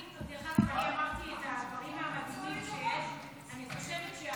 דרך אגב, אמרתי את הדברים המדהימים, חוץ וביטחון.